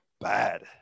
bad